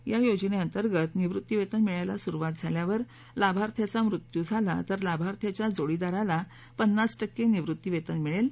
या योजनेअंतर्गत निवृत्तीवेतन मिळायला सुरुवात झाल्यावर लाभार्थ्याचा मृत्यू झाला तर लाभार्थ्याच्या जोडीदाराला पन्नास टक्के निवृत्तीवेतन मिळेल